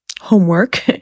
homework